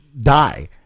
die